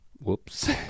Whoops